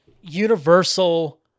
universal